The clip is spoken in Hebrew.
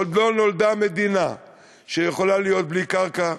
עוד לא נולדה המדינה שיכולה להיות בלי קרקע,